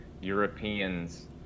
Europeans